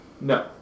No